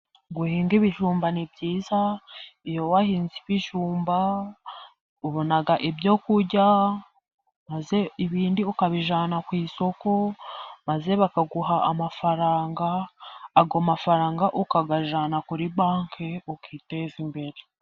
Guhinga ibijumba ni byiza, iyo wahinze ibijumba ubona ibyo kurya, maze ibindi ukabijyana ku isoko, maze bakaguha amafaranga, ayo mafaranga ukayajyana kuri bake ukiteza imbere.